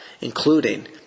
including